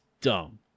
dumb